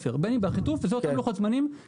חפר ובין באחיטוב זה אותם לוחות זמנים.